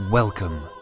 Welcome